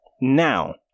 Now